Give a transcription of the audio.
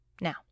Now